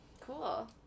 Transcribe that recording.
Cool